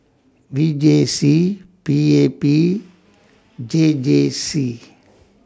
V J C P A P J J C